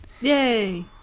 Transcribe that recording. Yay